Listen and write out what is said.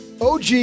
OG